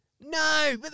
No